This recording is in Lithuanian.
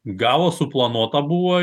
gavo suplanuota buvo